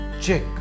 Check